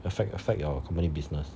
affect affect your company business